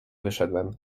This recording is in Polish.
wyszedłem